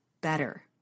better